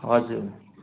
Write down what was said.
हजुर